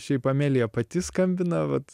šiaip amelija pati skambina vat